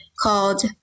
called